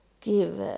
give